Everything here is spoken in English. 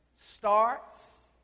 starts